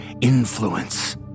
influence